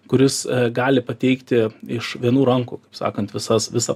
kuris gali pateikti iš vienų rankų sakant visas visą